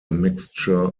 mixture